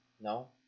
No